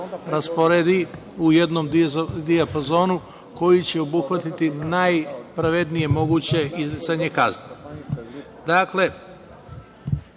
rasporedi u jednom dijapazonu koji je će obuhvatiti najpravednije moguće izricanje